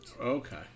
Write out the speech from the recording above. Okay